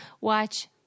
watch